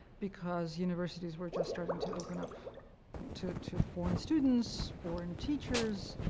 because universities were just starting to open up to to foreign students, foreign teachers,